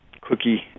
cookie